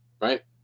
right